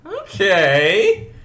okay